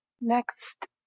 next